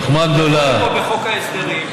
לבוא לפה בחוק ההסדרים,